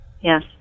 Yes